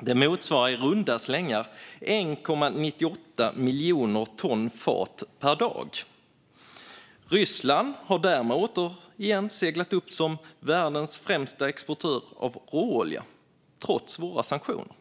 det motsvarar i runda slängar 1,98 miljoner ton fat per dag. Ryssland har därmed återigen seglat upp som världens främsta exportör av råolja, trots våra sanktioner.